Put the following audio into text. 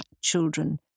children